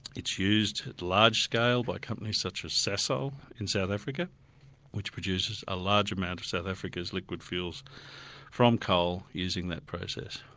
it's used large scale by companies such as sasol in south africa which produces a large amount of south africa's liquid fuels from coal using that process.